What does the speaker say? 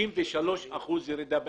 63 אחוזים ירידה באלימות.